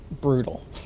brutal